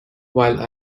while